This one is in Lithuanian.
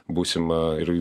būsimą ir